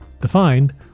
Defined